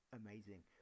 amazing